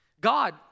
God